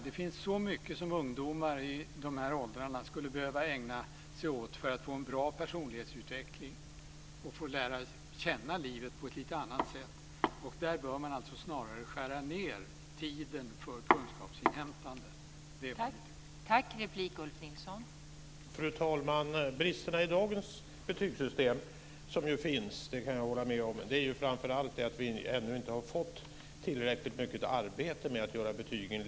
Det finns så mycket som ungdomar i de åldrarna skulle behöva ägna sig åt för att få en bra personlighetsutveckling och lära känna livet på ett lite annat sätt. Där bör man snarare skära ned tiden för kunskapsinhämtande. Det är vad vi tycker.